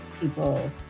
people